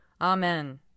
Amen